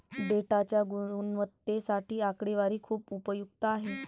डेटाच्या गुणवत्तेसाठी आकडेवारी खूप उपयुक्त आहे